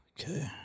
Okay